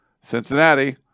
Cincinnati